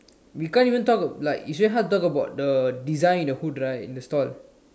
we can't even talk like it's very hard to talk about the design and all in the store